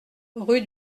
rue